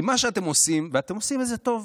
כי מה שאתם עושים, ואתם עושים את זה טוב,